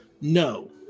No